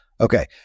Okay